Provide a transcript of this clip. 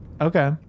Okay